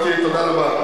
אוקיי, תודה רבה.